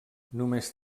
només